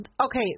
Okay